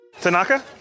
Tanaka